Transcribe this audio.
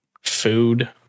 food